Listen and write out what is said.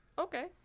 Okay